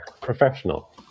professional